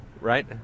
right